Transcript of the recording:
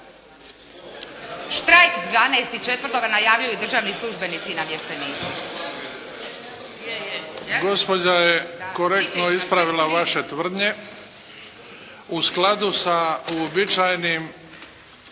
Štrajk 12.4. najavljuju državni službenici i namještenici. **Bebić, Luka (HDZ)** Gospođa je korektno ispravila vaše tvrdnje u skladu sa uobičajenim